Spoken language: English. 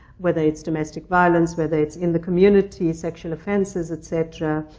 whether it's domestic violence, whether it's in the community, sexual offenses, et cetera,